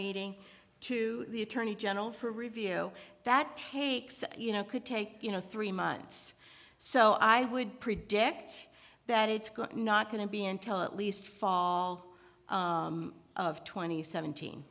meeting to the attorney general for review that takes you know could take you know three months so i would predict that it's not going to be until it least fall of twenty seventeen